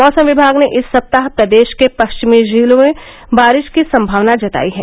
मौसम विभाग ने इस सप्ताह प्रदेश के पश्चिमी जिलों में बारिश की संभावना जतायी है